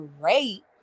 great